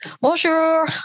Bonjour